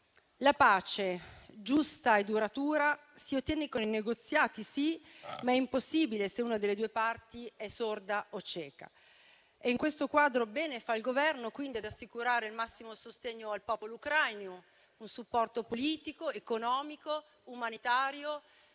La pace giusta e duratura si ottiene con i negoziati, sì, ma è impossibile se una delle due parti è sorda o cieca. In questo quadro, bene fa dunque il Governo ad assicurare il massimo sostegno al popolo ucraino: un supporto politico, economico, umanitario